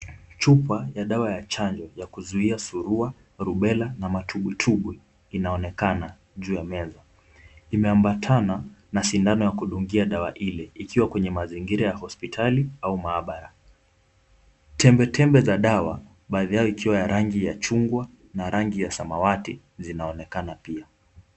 Chupa ya dawa ya chanjo ya kuzuia suruha, rubela na matumbwitumbwi inaonekana juu ya meza ,imeambatana na sindano ya kudungia dawa ile ,ikiwa kwenye mazingira ya hospitali au maabara ,tembetembe za dawa baadhi yao ikiwa ya rangi ya chungwa na rangi ya samawati zinaonekana pia.